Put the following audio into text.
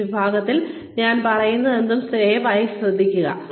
ഈ വിഭാഗത്തിൽ ഞാൻ പറയുന്നതെല്ലാം ദയവായി ശ്രദ്ധിക്കുക